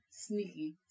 Sneaky